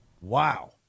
Wow